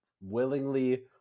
willingly